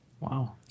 Wow